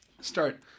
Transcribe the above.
start